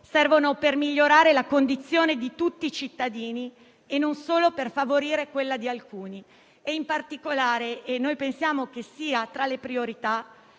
pochi; per migliorare la condizione di tutti i cittadini e non solo per favorire quella di alcuni e in particolare - pensiamo che sia tra le priorità